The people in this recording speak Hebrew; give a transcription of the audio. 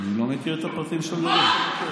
אני לא מכיר את הפרטים, מה?